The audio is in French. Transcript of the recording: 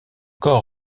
corps